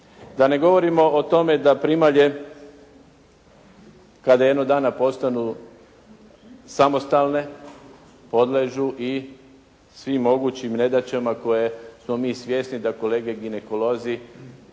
Da ne govorimo o tome da primalje kada jednog dana postanu samostalne, podliježu i svim mogućim nedaćama koje smo mi svjesni da kolege ginekolozi